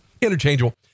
interchangeable